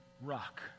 rock